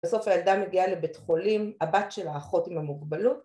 ‫בסוף הילדה מגיעה לבית חולים, ‫הבת של האחות עם המוגבלות.